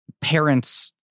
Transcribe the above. parents